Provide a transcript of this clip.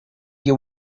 you